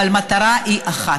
אבל המטרה היא אחת,